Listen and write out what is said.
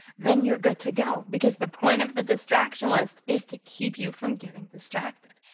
then you're good to go because the point of the distraction list is to keep you from getting distracted.